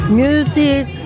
music